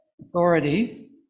authority